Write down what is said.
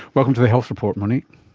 welcome to the health report, monique.